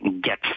get